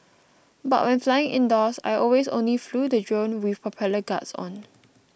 but when flying indoors I always only flew the drone with propeller guards on